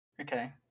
Okay